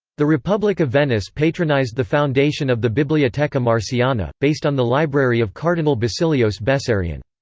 the republic of venice patronized the foundation of the biblioteca marciana, based on the library of cardinal basilios bessarion.